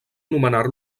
nomenar